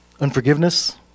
Unforgiveness